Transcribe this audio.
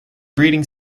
breeding